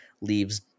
leaves